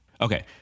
Okay